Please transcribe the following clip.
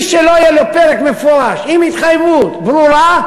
מי שלא יהיה לו פרק מפורש עם התחייבות ברורה,